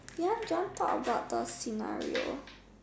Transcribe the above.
ya do you want talk about the scenario